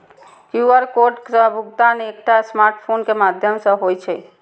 QR code सं भुगतान एकटा स्मार्टफोन के माध्यम सं होइ छै